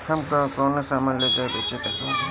जब हम कौनो सामान ले जाई बेचे त का होही?